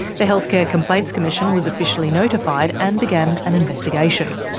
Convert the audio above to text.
the healthcare complaints commission was officially notified and began an investigation.